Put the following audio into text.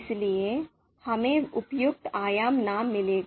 इसलिए हमें उपयुक्त आयाम नाम मिलेंगे